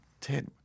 Ted